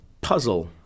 Puzzle